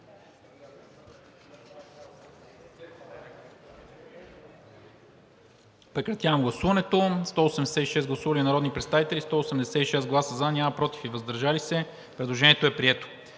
Предложението е прието.